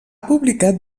publicat